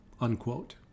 unquote